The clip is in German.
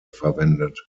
verwendet